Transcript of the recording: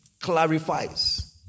clarifies